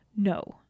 no